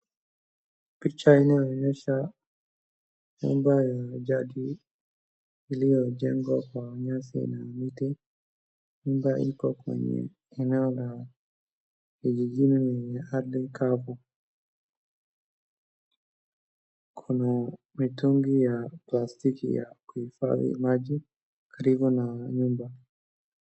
Picha inayoonyesha nyumba iliyojengwa kwa nyasi na miti. Nyumba iko kwenye eneo la kijijini. Kuna mitungi ya plastiki ya kuhifadhi maji karibu na nyumba.